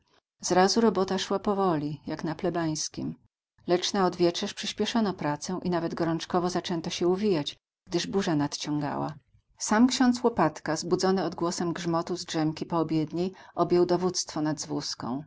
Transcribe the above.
zrazu robota szła powoli jak na plebańskim lecz na odwieczerz przyspieszono pracę i nawet gorączkowo zaczęto się uwijać gdyż burza nadciągała sam ksiądz łopatka zbudzony odgłosem grzmotu z drzemki poobiedniej objął dowództwo nad zwózką